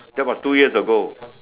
that was two years ago